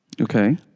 Okay